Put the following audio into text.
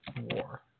War